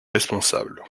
responsable